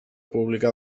pública